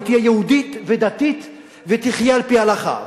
היא תהיה יהודית ודתית ותחיה על-פי ההלכה.